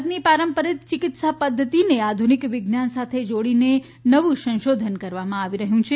ભારતની પારંપારીક ચિકિત્સા પધ્ધતિને આધુનિક વિજ્ઞાન સાથે જોડીને નવું સંશોધન કરવામાં આવી રહ્યું છે